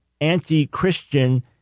anti-Christian